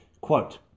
Quote